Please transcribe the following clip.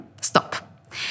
Stop